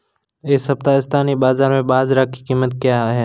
इस सप्ताह स्थानीय बाज़ार में बाजरा की कीमत क्या है?